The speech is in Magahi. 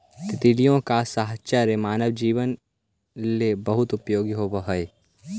तितलियों का साहचर्य मानव जीवन ला बहुत उपयोगी होवअ हई